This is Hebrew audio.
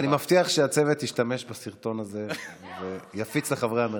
אני מבטיח שהצוות ישתמש בסרטון הזה ויפיץ לחברי המרכז.